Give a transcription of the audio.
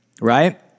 Right